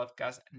podcast